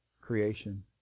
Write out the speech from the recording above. creation